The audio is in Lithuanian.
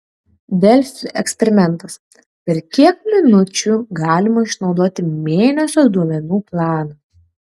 delfi eksperimentas per kiek minučių galima išnaudoti mėnesio duomenų planą